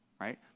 right